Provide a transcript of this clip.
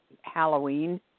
Halloween